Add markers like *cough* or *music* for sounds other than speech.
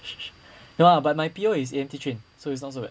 *laughs* no lah but my P_O is E_M_T trained so it's not so bad